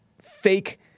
fake